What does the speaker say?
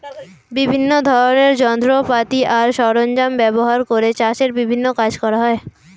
বিভিন্ন ধরনের যন্ত্রপাতি আর সরঞ্জাম ব্যবহার করে চাষের বিভিন্ন কাজ করা হয়